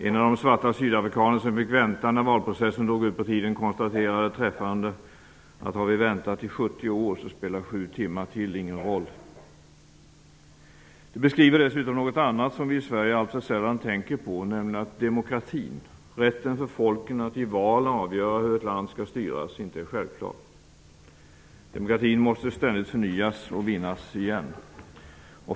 En av de svarta sydafrikaner som fick vänta när valprocessen drog ut på tiden konstaterade träffande: Har vi väntat i 70 år spelar sju timmar till ingen roll. Det beskriver dessutom någonting annat, som vi i Sverige alltför sällan tänker på, nämligen att demokratin, rätten för folket att i val avgöra hur ett land skall styras, inte är självklar. Demokratin måste ständigt förnyas och vinnas igen.